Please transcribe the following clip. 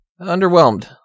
Underwhelmed